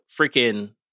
freaking